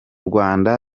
rwanda